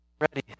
ready